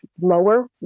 lower